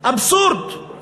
אני